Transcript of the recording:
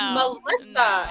Melissa